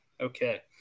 Okay